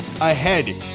ahead